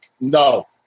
no